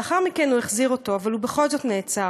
לאחר מכן הוא החזיר אותו, אבל הוא בכל זאת נעצר.